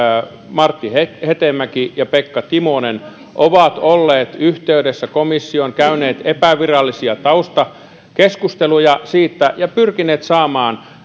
martti hetemäki ja pekka timonen ovat olleet yhteydessä komissioon käyneet epävirallisia taustakeskusteluja siitä ja pyrkineet saamaan